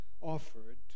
offered